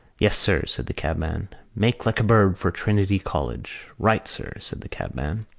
yes, sir, said the cabman. make like a bird for trinity college. right, sir, said the cabman.